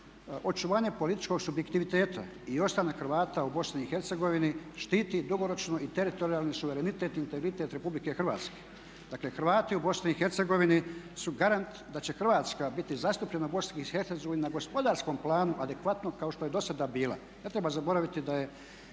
Očuvanje političkog subjektiviteta i ostanak Hrvata u BiH štiti dugoročno i teritorijalni suverenitet i integritet Republike Hrvatske. Dakle, Hrvati u BiH su garant da će Hrvatska biti zastupljena u BiH na gospodarskom planu adekvatno kao što je dosada bila. Ne treba zaboraviti da